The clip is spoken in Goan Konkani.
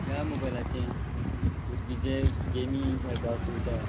ह्या मोबायलांचेर भुरगींचे गेमी खेळपाक पळयता